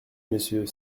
monsieur